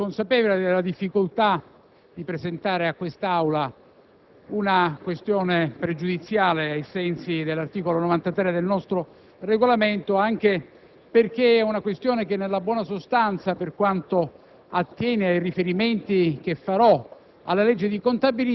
siamo perfettamente consapevoli della difficoltà di presentare a quest'Aula una questione pregiudiziale ai sensi dell'articolo 93 del nostro Regolamento, anche perché, nella sostanza, per quanto